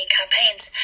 campaigns